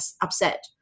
upset